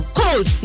cold